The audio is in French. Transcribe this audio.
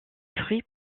fruits